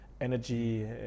energy